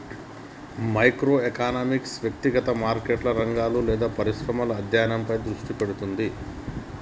micro economics వ్యక్తిగత మార్కెట్లు, రంగాలు లేదా పరిశ్రమల అధ్యయనంపై దృష్టి పెడతది